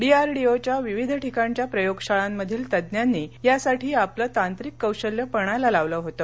डीआरडीओच्या विविध ठिकाणच्या प्रयोगशाळांमधील तज्ज्ञांनी यासाठी आपलं तांत्रिक कौशल्य पणाला लावलं होतं